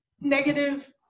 negative